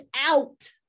out